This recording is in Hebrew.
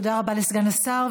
תודה רבה לסגן השר.